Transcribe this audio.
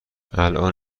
الان